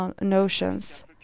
notions